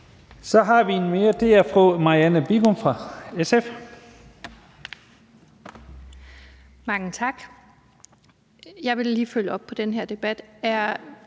Bigum fra SF. Kl. 16:09 Marianne Bigum (SF): Mange tak. Jeg vil lige følge op på den her debat.